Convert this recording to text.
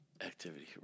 activity